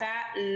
לצערי הרב,